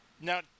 Now